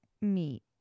meet